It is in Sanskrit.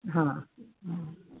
हा